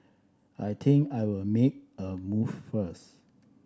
I think I'll make a move first